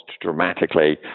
dramatically